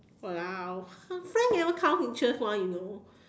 !walao! for friend never count interest [one] you know